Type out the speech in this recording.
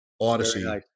odyssey